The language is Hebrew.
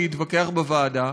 להתווכח בוועדה.